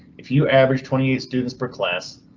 if you average twenty eight students per class,